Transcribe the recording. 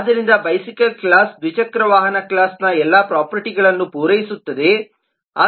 ಆದ್ದರಿಂದ bicycle class ದ್ವಿಚಕ್ರ ವಾಹನ ಕ್ಲಾಸ್ನ ಎಲ್ಲಾ ಪ್ರೊಪರ್ಟಿಗಳನ್ನು ಪೂರೈಸುತ್ತದೆ